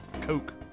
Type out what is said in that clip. Coke